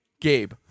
gabe